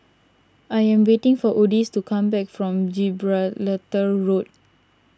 I am waiting for Odis to come back from Gibraltar Road